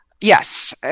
Yes